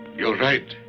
you're right,